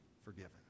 forgiven